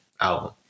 album